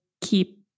keep